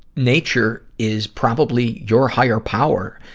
nature is probably your higher power,